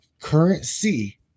currency